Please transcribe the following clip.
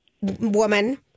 Woman